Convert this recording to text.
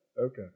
Okay